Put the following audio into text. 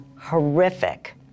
horrific